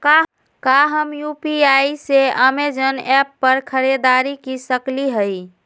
का हम यू.पी.आई से अमेजन ऐप पर खरीदारी के सकली हई?